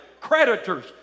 creditors